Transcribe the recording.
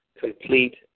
complete